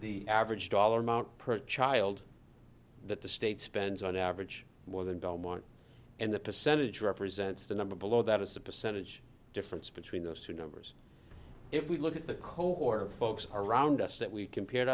the average dollar amount per child that the state spends on average more than belmont and the percentage represents the number below that is the percentage difference between those two numbers if we look at the cold war folks around us that we compare